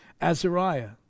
Azariah